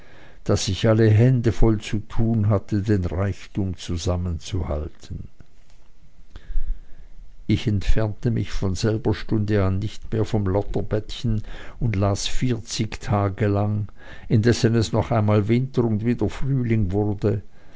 daß ich alle hände voll zu tun hatte den reichtum zusammenzuhalten ich entfernte mich von selber stunde an nicht mehr vom lotterbettchen und las vierzig tage lang indessen es noch einmal winter und wieder frühling wurde